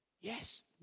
Yes